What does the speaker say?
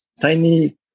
tiny